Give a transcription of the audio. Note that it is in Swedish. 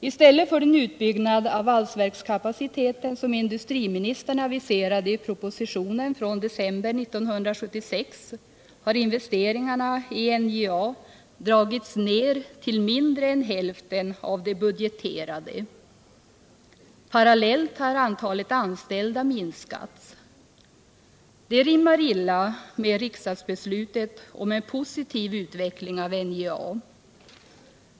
I stället för den utbyggnad av valsverkskapaciteten som industriministern aviserade i propositionen från december 1976 har investeringarna i NJA dragits ned till mindre än hälften av de budgeterade. Parallellt har antalet anställda minskat. Det rimmar illa med riksdagsbeslutet om en positiv utveckling av NJA.